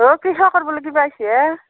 অ' কৃষকৰ বোলে কিবা আহিছে